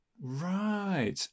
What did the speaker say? right